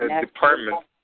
department